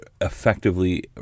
effectively